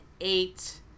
eight